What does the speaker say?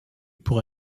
pour